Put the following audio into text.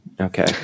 okay